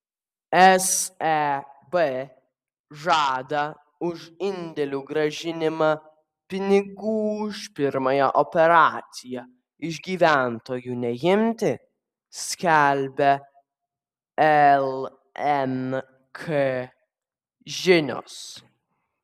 seb žada už indėlių grąžinimą pinigų už pirmąją operaciją iš gyventojų neimti skelbia lnk žinios